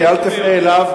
אל תפנה אליו.